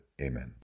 Amen